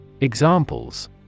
Examples